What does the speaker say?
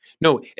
No